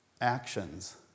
actions